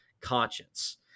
conscience